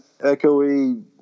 echoey